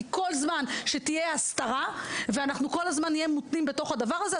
כי כל זמן שתהיה הסתרה ואנחנו כל הזמן נהיה מותנים בתוך הדבר הזה,